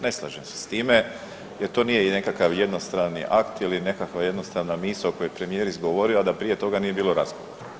Ne slažem se s time jer to nije nekakav jednostrani akt ili nekakva jednostavna misa koju je premijer izgovorio, a da prije toga nije bilo razgovora.